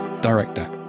director